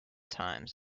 times